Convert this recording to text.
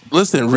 Listen